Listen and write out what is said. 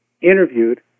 interviewed